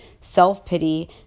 self-pity